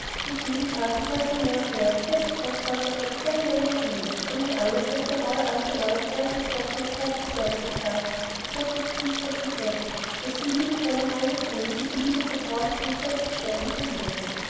mit jedem tage sah sie mehr und mehr wie fest großvater und enkel aneinander hingen und wie alles was der rauhe alte mann an ehrgeiz hoffnung und herzenswärme besaß sich auf das kind konzentrierte dessen liebevolle reine seele diese liebe vertrauensvoll und selbstverständlich erwiderte